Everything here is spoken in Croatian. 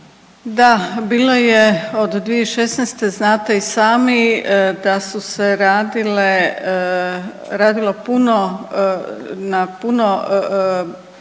Da, bila je od 2016., znate i sami da su se radile, radilo puno, na puno